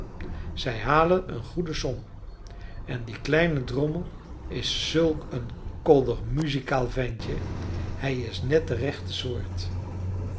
zij halen eene goede som en die kleine drommel is zulk een koddig muzikaal ventje hij is net de rechte soort